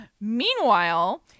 meanwhile